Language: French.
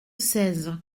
seize